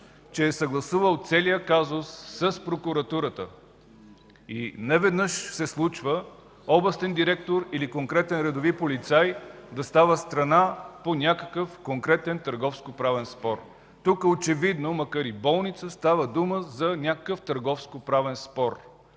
че е съгласувал целия казус с прокуратурата. Неведнъж се случва областен директор или конкретен редови полицай да става страна по някакъв конкретен търговско-правен спор. Тук очевидно, макар и болница, става въпрос за някакъв търговско-правен спор.